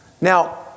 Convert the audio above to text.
Now